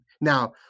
Now